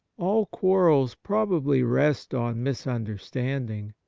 all quarrels probably rest on misunderstanding,